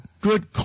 good